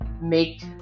make